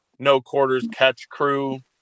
no-quarters-catch-crew